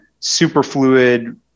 superfluid